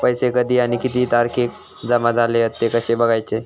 पैसो कधी आणि किती तारखेक जमा झाले हत ते कशे बगायचा?